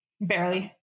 Barely